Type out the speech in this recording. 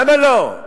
למה לא?